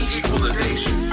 equalization